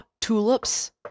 tulips